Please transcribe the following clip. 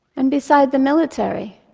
and beside the military,